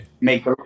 Make